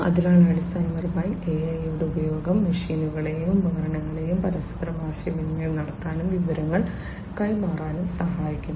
അതിനാൽ അടിസ്ഥാനപരമായി AI യുടെ ഉപയോഗം മെഷീനുകളെയും ഉപകരണങ്ങളെയും പരസ്പരം ആശയവിനിമയം നടത്താനും വിവരങ്ങൾ കൈമാറാനും സഹായിക്കുന്നു